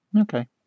okay